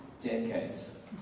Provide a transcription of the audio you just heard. decades